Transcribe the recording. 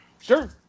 sure